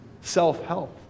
self-help